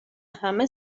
همه